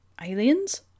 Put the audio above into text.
Aliens